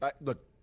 look